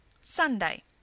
SUNDAY